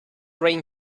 rain